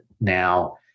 now